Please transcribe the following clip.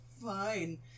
Fine